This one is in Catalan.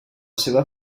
seva